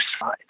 side